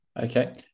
Okay